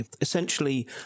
essentially